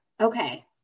Okay